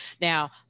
Now